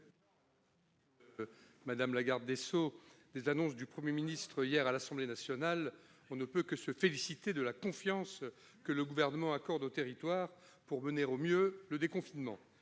Madame la garde des sceaux, à la suite des annonces que le Premier ministre a faites hier à l'Assemblée nationale, on ne peut que se féliciter de la confiance que le Gouvernement accorde aux territoires pour mener au mieux le déconfinement.